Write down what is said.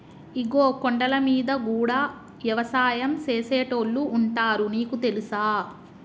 ఇగో కొండలమీద గూడా యవసాయం సేసేటోళ్లు ఉంటారు నీకు తెలుసా